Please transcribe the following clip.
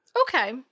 Okay